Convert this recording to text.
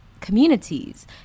communities